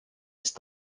ist